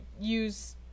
use